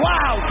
Wow